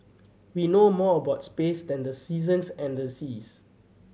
we know more about space than the seasons and the seas